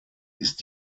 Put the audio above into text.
ist